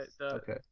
Okay